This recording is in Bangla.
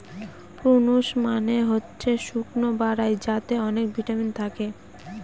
প্রূনস মানে হচ্ছে শুকনো বরাই যাতে অনেক ভিটামিন থাকে